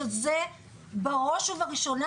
שזה בראש ובראשונה,